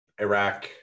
Iraq